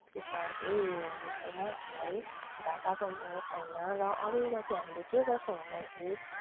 त्यसमा केही उयो हुने छैन आफूलाई घाटा पर्ने छैन र अरूमा चाहिँ हामीले के गर्छौँ भन्दाखेरि चाहिँ